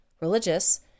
religious